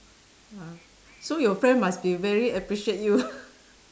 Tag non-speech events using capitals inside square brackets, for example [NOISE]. uh so your friend must be very appreciate you [LAUGHS]